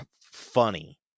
funny